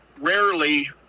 rarely